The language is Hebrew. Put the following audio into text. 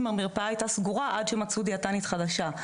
המרפאה הייתה סגורה עד שמצאו דיאטנית חדשה,